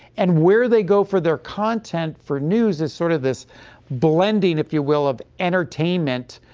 and where they go for their content for news is sort of this blending if you will of entertainment,